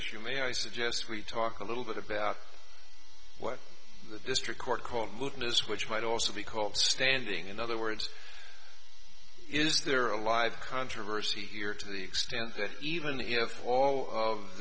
issue may i suggest we talk a little bit about what the district court called witness which might also be called standing in other words is there a live controversy here to the extent that even if all of